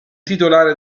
titolare